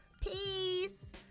Peace